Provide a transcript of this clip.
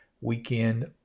weekend